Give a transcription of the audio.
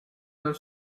dal